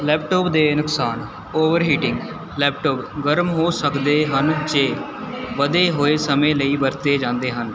laptop ਦੇ ਨੁਕਸਾਨ over heating laptop ਗਰਮ ਹੋ ਸਕਦੇ ਹਨ ਜੇ ਵਧੇ ਹੋਏ ਸਮੇਂ ਲਈ ਵਰਤੇ ਜਾਂਦੇ ਹਨ